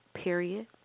period